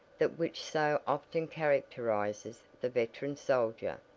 that which so often characterizes the veteran soldier,